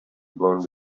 blown